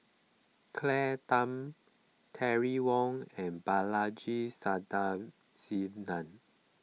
Claire Tham Terry Wong and Balaji Sadasivan